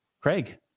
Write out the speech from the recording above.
craig